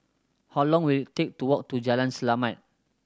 how long will it take to walk to Jalan Selamat